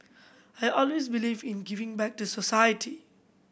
I always believe in giving back to society